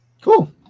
Cool